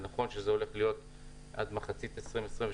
זה נכון שזה הולך להיות עד מחצית 2023,